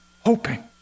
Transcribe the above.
hoping